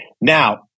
Now